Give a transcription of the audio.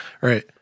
Right